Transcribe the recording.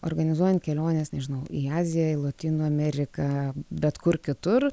organizuojant keliones nežinau į aziją į lotynų ameriką bet kur kitur